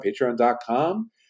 patreon.com